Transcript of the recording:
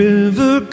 River